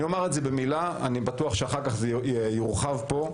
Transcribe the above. אומר את זה במילה ואני בטוח שאחר כך זה יורחב פה,